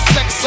Sex